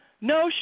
No